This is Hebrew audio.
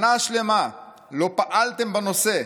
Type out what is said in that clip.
שנה שלמה לא פעלתם בנושא,